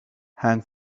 hung